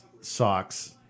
socks